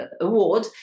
award